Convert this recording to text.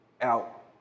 out